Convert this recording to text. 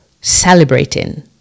celebrating